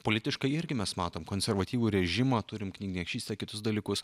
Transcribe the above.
politiškai irgi mes matom konservatyvų režimą turim niekšystę kitus dalykus